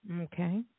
Okay